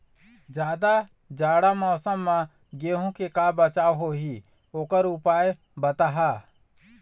जादा जाड़ा मौसम म गेहूं के का बचाव होही ओकर उपाय बताहा?